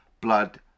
blood